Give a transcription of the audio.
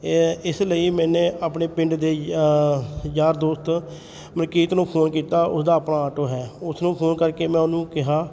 ਇਸ ਲਈ ਮੈਂ ਆਪਣੇ ਪਿੰਡ ਦੇ ਯਾਰ ਦੋਸਤ ਮਲਕੀਤ ਨੂੰ ਫੋਨ ਕੀਤਾ ਉਸਦਾ ਆਪਣਾ ਆਟੋ ਹੈ ਉਸ ਨੂੰ ਫੋਨ ਕਰਕੇ ਮੈਂ ਉਹਨੂੰ ਕਿਹਾ